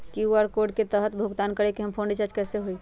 QR code के तहद भुगतान करके हम फोन रिचार्ज कैसे होई?